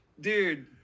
dude